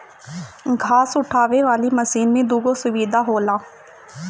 घास उठावे वाली मशीन में दूगो सुविधा होला